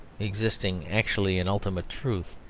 existing actually in ultimate truth,